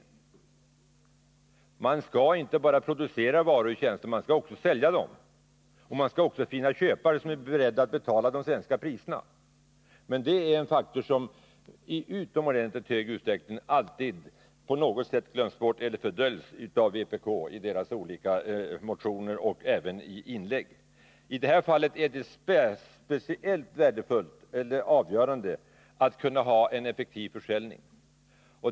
Man skall inte bara producera varor och tjänster. Man skall också sälja dem. Man skall också finna köpare som är beredda att betala de svenska priserna. Det är en faktor som alltid på något sätt glöms bort eller fördöljs av vpk i motioner och inlägg. I det här fallet är det speciellt avgörande att man kan få till stånd en effektiv försäljning.